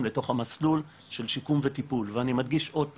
לתוך המסלול של שיקום וטיפול ואני מדגשי עוד פעם,